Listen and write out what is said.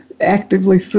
actively